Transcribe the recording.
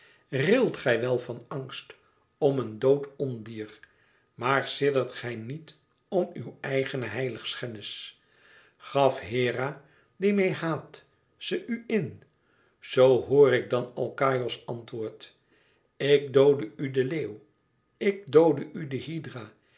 rilt gij wel van angst om een dood ondier maar siddert gij niet om uw eigene heiligschennis gaf hera die mij haat ze u in zoo hoor dan alkaïos antwoord ik doodde u den leeuw ik doodde u de